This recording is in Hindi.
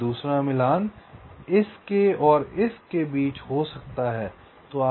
और दूसरा मिलान इसके और इस के बीच हो सकता है